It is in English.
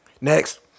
Next